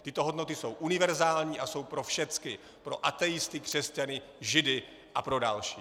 Tyto hodnoty jsou univerzální a jsou pro všechny pro ateisty, křesťany, židy a pro další.